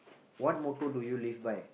what motto do you live by